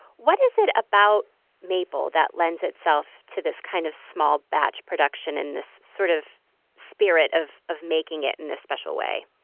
what is it about maple that lends itself to this kind of small batch production in the sort of spirit of of making it in the special way?